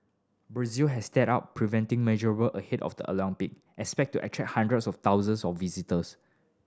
Brazil has stepped up preventing measure ahead of the Olympic expected to attract hundreds of thousands of visitors